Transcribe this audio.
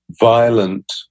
violent